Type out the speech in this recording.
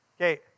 Okay